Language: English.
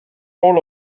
all